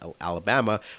Alabama